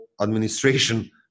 administration